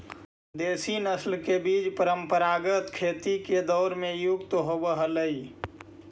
देशी नस्ल के बीज परम्परागत खेती के दौर में प्रयुक्त होवऽ हलई